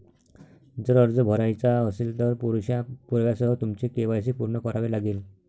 जर अर्ज भरायचा असेल, तर पुरेशा पुराव्यासह तुमचे के.वाय.सी पूर्ण करावे लागेल